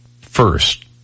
first